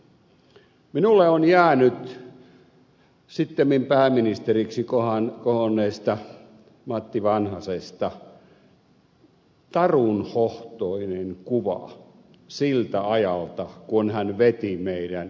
minulle on jäänyt sittemmin pääministeriksi kohonneesta matti vanhasesta tarunhohtoinen kuva siltä ajalta kun hän veti meidän tiimiämme